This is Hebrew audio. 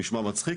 נשמע מצחיק,